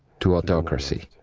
to autocracy.